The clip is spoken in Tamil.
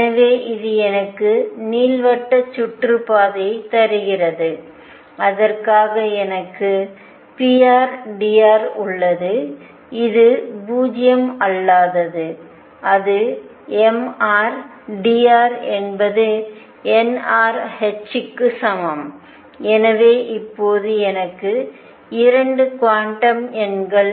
எனவே இது எனக்கு நீள்வட்ட சுற்றுப்பாதையைத் தருகிறது அதற்காக எனக்கு prdr உள்ளது இது 0 அல்லாதது அது mr ̇drஎன்பது nr hக்கு சமம் எனவே இப்போது எனக்கு 2 குவாண்டம் எண்கள்